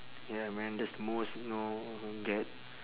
ya man that's the most you know get